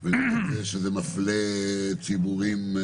שזה מפלה ציבורים.